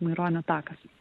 maironio takas